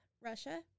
Russia